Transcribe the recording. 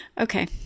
okay